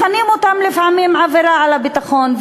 מכנים אותם לפעמים עבירה על הביטחון,